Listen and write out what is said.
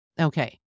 Okay